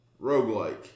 Roguelike